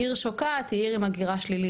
עיר שוקעת היא עיר עם הגירה שלילית.